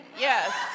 Yes